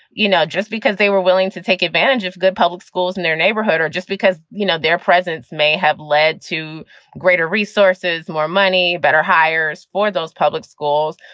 you know, just because they were willing to take advantage of good public schools in their neighborhood or just because, you know, their presence may have led to greater resources, more money, better hires for those public schools.